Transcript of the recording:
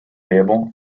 table